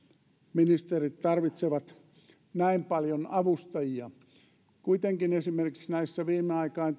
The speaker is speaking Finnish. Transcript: ministerit tarvitsevat näin paljon avustajia kuitenkin esimerkiksi nämä viime aikain